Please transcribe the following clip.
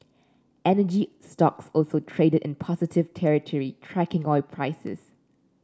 energy stocks also traded in positive territory tracking oil prices